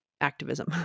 activism